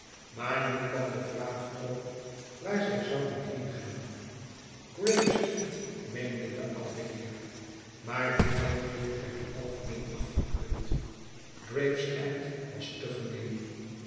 maar nu kwam de vraag op waar zij zouden heengaan graves end meende de oude heer maar dit denkbeeld werd algemeen afgekeurd gravesend was te gemeen